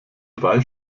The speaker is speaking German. drei